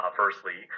firstly